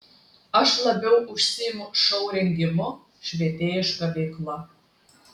aš labiau užsiimu šou rengimu švietėjiška veikla